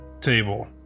table